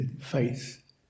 faith